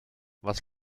was